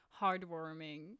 heartwarming